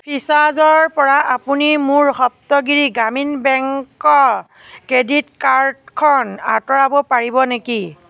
ফ্ৰীচাৰ্জৰপৰা আপুনি মোৰ সপ্তগিৰি গ্ৰামীণ বেংকৰ ক্ৰেডিট কাৰ্ডখন আঁতৰাব পাৰিব নেকি